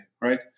right